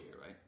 right